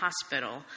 hospital